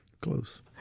Close